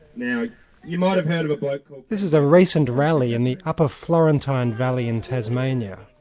now you might have heard of a bloke called. this is a recent rally in the upper florentine valley in tasmania,